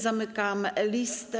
Zamykam listę.